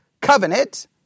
covenant